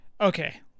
Okay